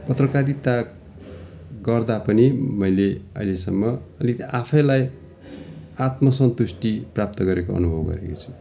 पत्रकारिता गर्दा पनि मैले अहिलेसम्म अलिक आफैलाई आत्मसन्तुष्टि प्राप्त गरेको अनुभव गरेको छु